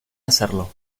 hacerlo